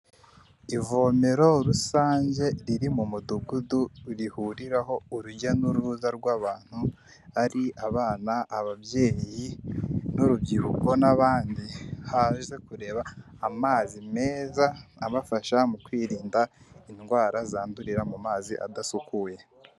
Ivomero rusange riri mu mudugudu, rihuriraho urujya n'uruza rw'abantu, ari abana, ababyeyi urubyiruko n'abandi, baje kureba amazi meza abafasha mu kwirinda indwara zandurira mu mazi adasukuye.